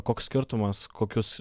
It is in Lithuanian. koks skirtumas kokius